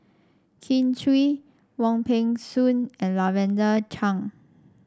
Kin Chui Wong Peng Soon and Lavender Chang